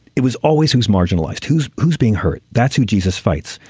it was always who's marginalized who's who's being hurt. that's who jesus fights.